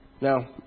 Now